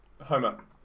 homer